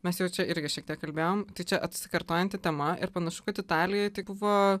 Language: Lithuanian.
mes jau čia irgi šiek tiek kalbėjom tai čia atsikartojanti tema ir panašu kad italijoj buvo